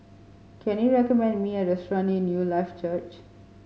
can you recommend me a restaurant near Newlife Church